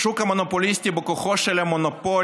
בשוק המונופוליסטי בכוחו של המונופול